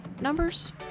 numbers